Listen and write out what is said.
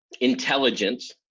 intelligence